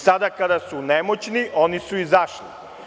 Sada kada su nemoćni, oni su izašli.